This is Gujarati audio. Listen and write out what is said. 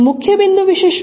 મુખ્ય બિંદુ વિશે શું